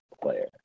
player